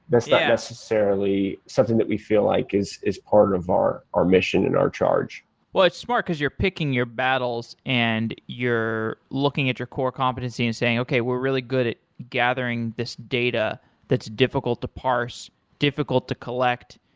that's not necessarily something that we feel like is is part of our our mission and our charge it's smart because you're picking your battles and you're looking at your core competency and saying okay were really good it gathering this data that's difficult to parse, difficult to collect.